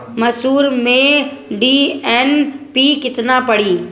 मसूर में डी.ए.पी केतना पड़ी?